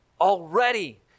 already